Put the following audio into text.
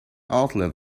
outlive